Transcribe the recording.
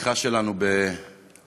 השיחה שלנו בצחוק,